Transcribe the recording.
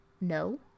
No